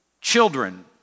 children